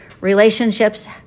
Relationships